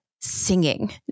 singing